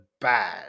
bad